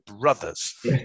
brothers